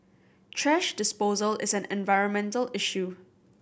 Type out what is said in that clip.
thrash disposal is an environmental issue